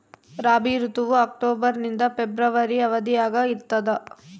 ರಾಬಿ ಋತುವು ಅಕ್ಟೋಬರ್ ನಿಂದ ಫೆಬ್ರವರಿ ಅವಧಿಯಾಗ ಇರ್ತದ